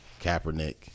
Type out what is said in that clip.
Kaepernick